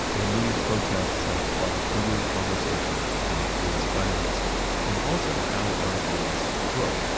and these protests have sparked bigger conversations about police violence and also how our police look